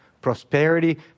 Prosperity